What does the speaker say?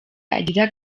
agira